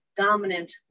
dominant